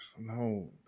No